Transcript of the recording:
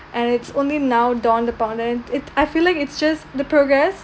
and it's only now dawned upon on it I feel like it's just the progress